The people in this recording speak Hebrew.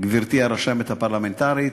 גברתי הרשמת הפרלמנטרית.